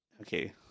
Okay